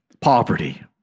poverty